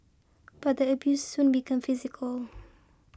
but the abuse soon became physical